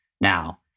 now